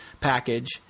package